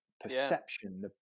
perception